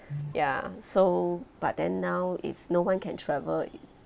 ya so but then now if no one can travel it